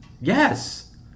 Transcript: Yes